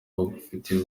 bagufitiye